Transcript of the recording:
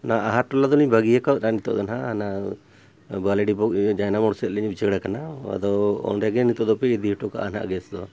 ᱚᱱᱟ ᱟᱦᱟᱨ ᱴᱚᱞᱟ ᱫᱚᱞᱤᱧ ᱵᱟᱹᱜᱤᱭᱟᱠᱟᱫ ᱱᱤᱛᱳᱜ ᱫᱚ ᱦᱟᱸᱜ ᱚᱱᱟ ᱵᱟᱹᱞᱤᱰᱤᱵᱷᱚᱜ ᱡᱟᱭᱱᱟ ᱢᱳᱲ ᱥᱮᱫᱞᱤᱧ ᱩᱪᱟᱹᱲ ᱟᱠᱟᱱᱟ ᱟᱫᱚ ᱚᱸᱰᱮᱜᱮ ᱱᱤᱛᱳᱜ ᱫᱚᱯᱮ ᱤᱫᱤ ᱦᱚᱴᱚ ᱠᱟᱜᱼᱟ ᱦᱟᱸᱜ ᱜᱮᱥ ᱫᱚ